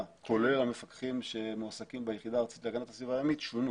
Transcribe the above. כולל המפקחים שמועסקים ביחידה הארצית להגנת הסביבה הימית שונו.